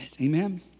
Amen